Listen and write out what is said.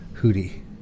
Hootie